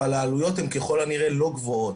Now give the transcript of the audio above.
אבל העלויות הן ככל הנראה לא גבוהות.